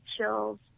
Chills